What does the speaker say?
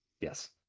Yes